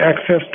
access